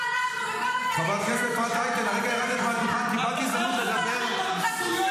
את אחת הנשים הבזויות בפוליטיקה הישראלית.